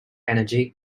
energy